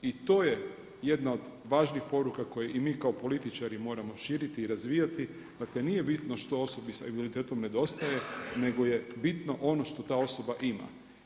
I to je jedna od važnijih poruka koje i mi kao političari moramo širiti i razvijati, dakle nije bitno što osobi sa invaliditetom nedostaje nego je bitno ono što ta osoba ima.